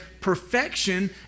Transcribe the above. perfection